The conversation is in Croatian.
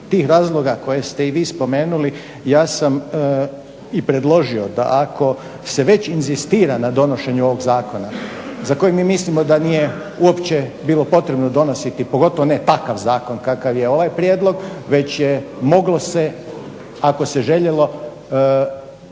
tih razloga koje ste i vi spomenuli ja sam i predložio da ako se već inzistira na donošenju ovog zakona za kojeg mi mislimo da nije uopće bilo potrebno donositi, pogotovo ne takav zakon kakav je ovaj prijedlog, već je moglo se ako se željelo